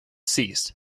ceased